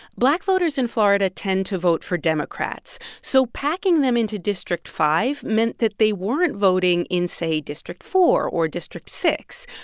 black voters in florida tend to vote for democrats, so packing them into district five meant that they weren't voting in, say, district four or district six,